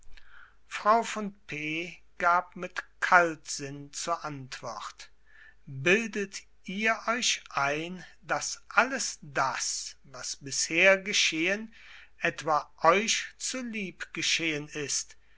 frau von p gab mit kaltsinn zur antwort bildet ihr euch ein daß alles das was bisher geschehen etwa euch zu lieb geschehen ist